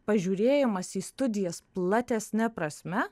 pažiūrėjimas į studijas platesne prasme